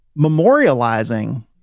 memorializing